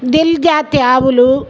గిల్ జాతి ఆవులు